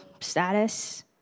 status